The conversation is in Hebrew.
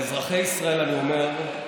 מאולם המליאה.) לאזרחי ישראל אני אומר: